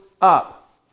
up